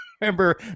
Remember